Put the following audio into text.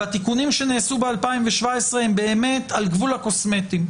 והתיקונים שנעשו ב-2017 הם באמת על גבול הקוסמטיים.